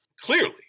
clearly